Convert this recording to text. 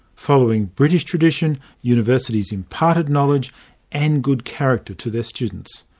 following british tradition, universities imparted knowledge and good character to their students.